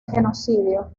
genocidio